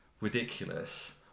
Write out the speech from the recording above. ridiculous